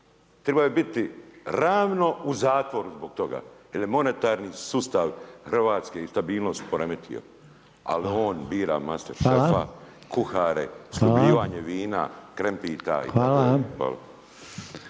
Trebao je biti ravno u zatvoru zbog toga jer je monetarni sustav Hrvatske i stabilnost poremetio ali on bira masteršefa, kuhare, sljubljivanje vina, krempita i tako